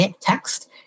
text